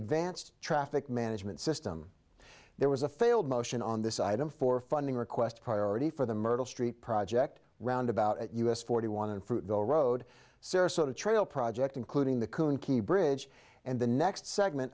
advanced traffic management system there was a failed motion on this item for funding request priority for the myrtle street project roundabout us forty one and the road sarasota trail project including the coon key bridge and the next segment